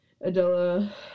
Adela